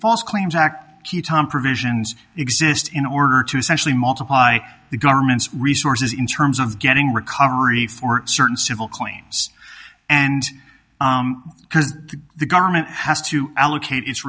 false claims act tom provisions exist in order to essentially modify the government's resources in terms of getting recovery for certain civil claims and the government has to allocate i